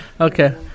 Okay